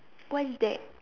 what is that